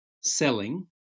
selling